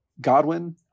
Godwin